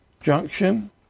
junction